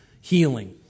healing